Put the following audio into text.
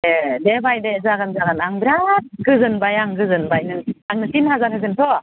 ए दे बाय जागोन जागोन आं बिराद गोजोनबाय आं गोजोनबाय आंनो तिन हाजार होगोनथ'